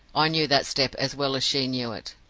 i knew that step as well as she knew it.